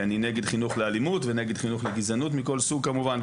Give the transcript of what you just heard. אני נגד חינוך לאלימות ונגד חינוך לגזענות מכל סוג כמובן,